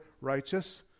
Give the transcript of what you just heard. righteous